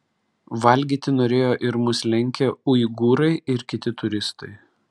valgyti norėjo ir mus lenkę uigūrai ir kiti turistai